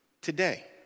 today